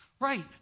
right